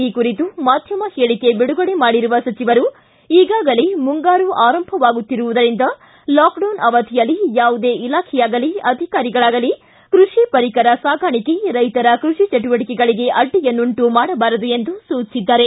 ಈ ಕುರಿತು ಮಾಧ್ಯಮ ಹೇಳಿಕೆ ಬಿಡುಗಡೆ ಮಾಡಿರುವ ಸಚಿವರು ಈಗಾಗಲೇ ಮುಂಗಾರು ಆರಂಭವಾಗುತ್ತಿರುವುದರಿಂದ ಲಾಕ್ಡೌನ್ ಅವಧಿಯಲ್ಲಿ ಯಾವುದೇ ಇಲಾಖೆಯಾಗಲೀ ಅಧಿಕಾರಿಗಳಾಗಲೀ ಕ್ಬಷಿ ಪರಿಕರ ಸಾಗಾಣಿಕೆ ರೈತರ ಕ್ಕಷಿ ಚಟುವಟಿಕೆಗಳಿಗೆ ಅಡ್ಡಿಯನ್ನುಂಟು ಮಾಡಬಾರದು ಎಂದು ಸೂಚಿಸಿದ್ದಾರೆ